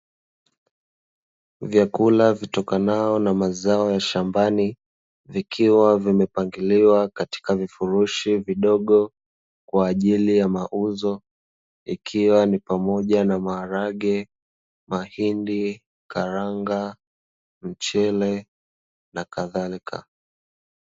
Vyakula vitokanavyo na mazao ya shambani, vikiwa vimepangiliwa katika vifurushi vidogo kwa ajili ya mauzo, ikiwa ni pamoja na: maharage, mahindi, karanga, mchele na kadhalika.